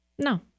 No